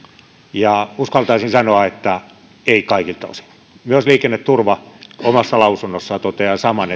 ja uskaltaisin sanoa että eivät kaikilta osin myös liikenneturva omassa lausunnossaan toteaa saman